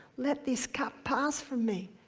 let this cup pass from me.